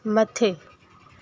मथे